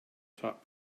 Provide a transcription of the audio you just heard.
top